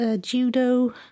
judo